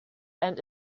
and